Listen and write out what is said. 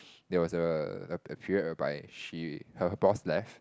there was a period whereby she her boss left